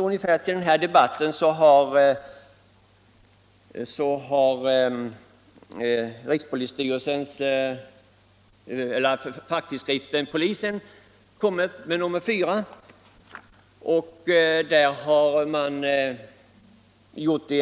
Ungefär till den här debatten har facktidskriften Polisen utkommit med nr 3, och där lämnas